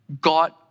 God